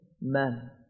men